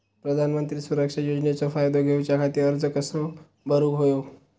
प्रधानमंत्री सुरक्षा योजनेचो फायदो घेऊच्या खाती अर्ज कसो भरुक होयो?